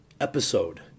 episode